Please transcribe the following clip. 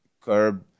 curb